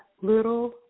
little